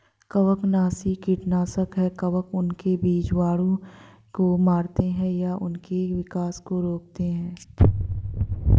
कवकनाशी कीटनाशक है कवक उनके बीजाणुओं को मारते है या उनके विकास को रोकते है